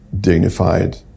dignified